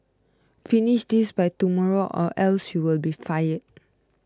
finish this by tomorrow or else you'll be fired